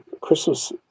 Christmas